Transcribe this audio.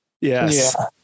Yes